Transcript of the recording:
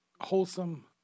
wholesome